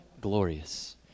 glorious